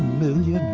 movie